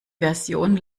version